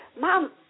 Mom